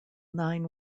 nine